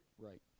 right